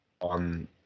on